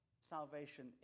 salvation